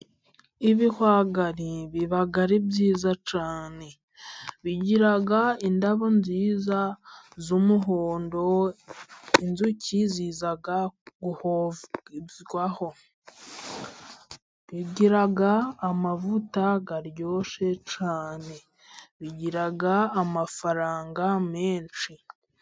Ibihwagari biba ari byiza cyane, bigira indabo nziza z'umuhondo, inzuki ziza guhozwaho, bigira amavuta aryoshye cyane, bigira amafaranga menshi.